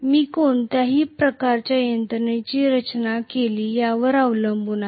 मी कोणत्या प्रकारच्या यंत्रणेची रचना केली यावर अवलंबून आहे